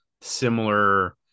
similar